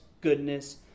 goodness